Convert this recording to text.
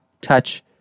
touch